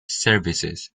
services